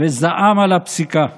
וזעם על הפסיקה.